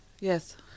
Yes